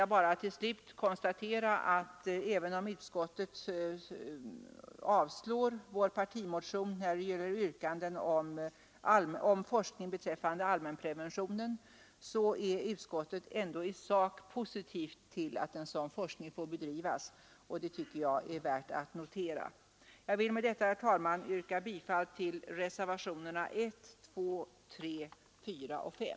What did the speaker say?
Jag vill till slut konstatera att även om utskottet Onsdagen den avstyrker vår partimotion när det gäller yrkanden om forskning beträf 8 maj 1974 fande allmänpreventionen så är utskottet ändå i sak positivt till att en sådan forskning får bedrivas. Det är värt att notera. Jag vill med detta, herr talman, yrka bifall till reservationerna 1, 2, 3, 4 och 5.